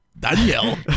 daniel